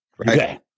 Okay